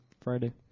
Friday